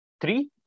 three